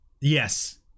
yes